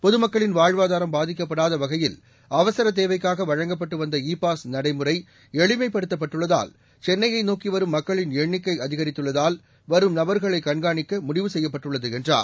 பொதுமக்களின் வாழ்வாதாரம் பாதிக்கப்படாத வகையில் அவசர தேவைக்காக வழங்கப்பட்டு வந்த இ பாஸ் நடைமுறை எளிமைப்படுத்தப்பட்டுள்ளதால் சென்னையை நோக்கி வரும் மக்களின் எண்ணிக்கை அதிகரித்துள்ளதால் வரும் நபர்களை கண்காணிக்க முடிவு செய்யப்பட்டுள்ளது என்றார்